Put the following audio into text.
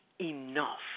enough